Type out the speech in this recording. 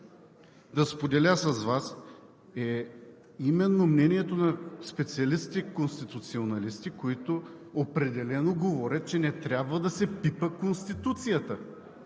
да споделя с Вас, е именно мнението на специалистите конституционалисти, които определено говорят, че не трябва да се пипа Конституцията.